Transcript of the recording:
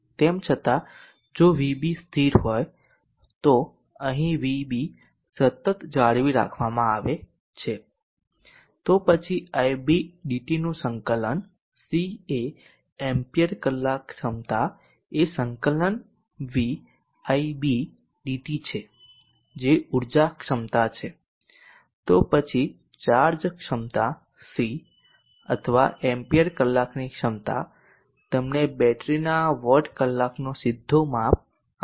તેમ છતાં જો vb સ્થિર હોયતો અહીં vb સતત જાળવી રાખવામાં આવે છે તો પછી ib dt નું સંકલન C એ એમ્પિયર કલાક ક્ષમતા એ સંકલન V ib dt છે જે ઊર્જા ક્ષમતા છે તો પછી ચાર્જ ક્ષમતા C અથવા એમ્પીયર કલાકની ક્ષમતા તમને બેટરીના વોટ કલાકનો સીધો માપ આપશે